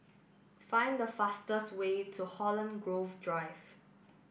find the fastest way to Holland Grove Drive